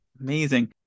Amazing